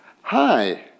Hi